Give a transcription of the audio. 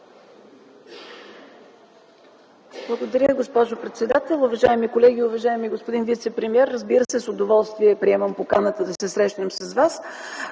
Благодаря, госпожо председател. Уважаеми колеги! Уважаеми господин вицепремиер, разбира се, с удоволствие приемам поканата да се срещнем.